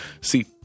See